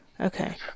Okay